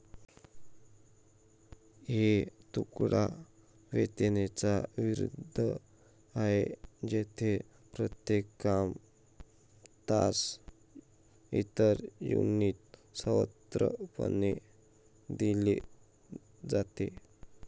हे तुकडा वेतनाच्या विरुद्ध आहे, जेथे प्रत्येक काम, तास, इतर युनिट स्वतंत्रपणे दिले जाते